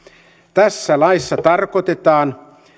tässä laissa tarkoitetaan